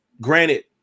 granted